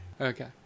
Okay